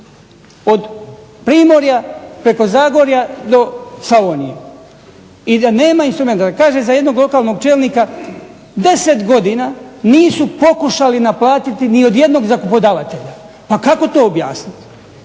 od Primorja preko Zagorja do Slavonije i da nema instrumenata. Kaže za jednog lokalnog čelnika 10 godina nisu pokušali naplatiti ni od jednog zakupodavatelja, pa kako to objasniti.